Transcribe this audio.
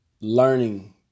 learning